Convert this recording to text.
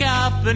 up